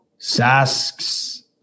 Sask's